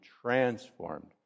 transformed